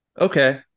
Okay